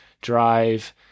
drive